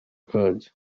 kacyo